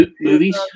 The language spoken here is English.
Movies